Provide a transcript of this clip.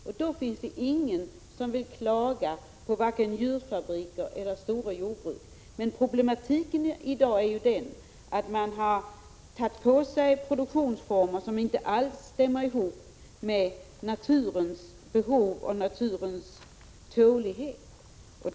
Om så sker, finns det ingen som vill klaga på vare sig djurfabriker eller stora jordbruk. Men problematiken är ju i dag den att man har gett sig in i produktionsformer som inte alls stämmer överens med naturens behov och naturens tålighet.